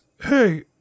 Hey